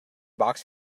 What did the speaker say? box